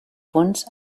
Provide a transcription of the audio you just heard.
punts